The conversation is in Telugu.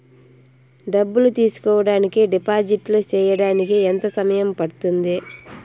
డబ్బులు తీసుకోడానికి డిపాజిట్లు సేయడానికి ఎంత సమయం పడ్తుంది